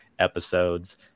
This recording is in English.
episodes